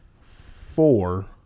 four